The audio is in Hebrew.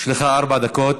יש לך ארבע דקות.